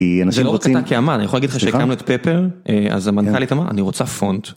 זהלא רק אתה כ... אני יכול להגיד לך כשהקמנו את פפר אז המנכלית אמרה אני רוצה פונט.